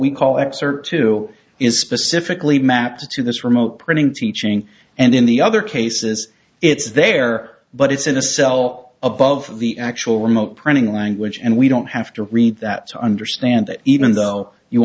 we call acts are to is specifically mapped to this remote printing teaching and in the other cases it's there but it's in a cell above the actual remote printing language and we don't have to read that to understand that even though you